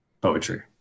Poetry